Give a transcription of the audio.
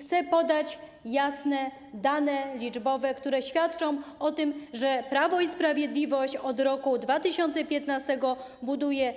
Chcę podać jasne dane liczbowe, które świadczą o tym, że Prawo i Sprawiedliwość od roku 2015 buduje